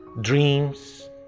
dreams